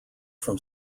from